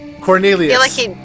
Cornelius